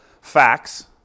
facts